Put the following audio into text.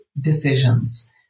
decisions